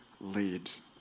leads